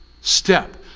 step